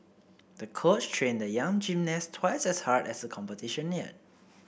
the coach trained the young gymnast twice as hard as the competition neared